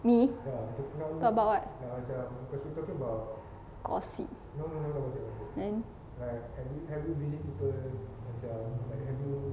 me talk about what gossip then